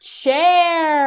chair